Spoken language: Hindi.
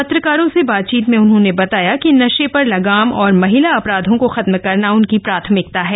पत्रकारों से बातचीत में उन्होंने बताया कि नशे पर लगाम और महिला अपराधों को खत्म करना उनकी प्राथमिकता है